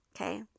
okay